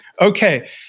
Okay